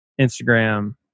Instagram